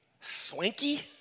swanky